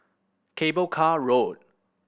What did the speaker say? Cable Car Road